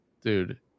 dude